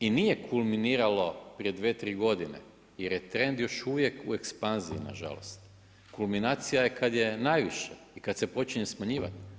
I nije kulminiralo prije 2, 3 godine jer je trend još uvijek u ekspanziji nažalost, kulminacija je kada je najviše i kada se počinje smanjivati.